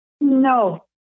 No